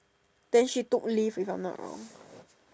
then she took leave if I'm not wrong